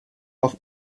auf